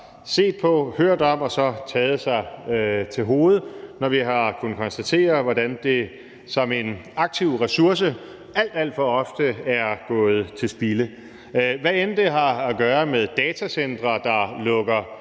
set på, hørt om og så taget sig til hovedet over, når vi har kunnet konstatere, hvordan det som en aktiv ressource alt, alt for ofte er gået til spilde. Hvad enten det har at gøre med datacentre, der lukker